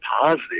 positive